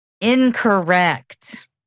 Incorrect